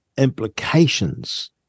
implications